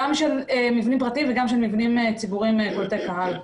גם מבנים פרטיים וגם מבנים ציבוריים קולטי קהל.